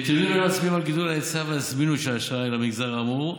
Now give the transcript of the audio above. נתונים אלה מצביעים על גידול ההיצע והזמינות של האשראי למגזר האמור,